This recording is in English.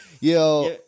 yo